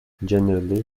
generally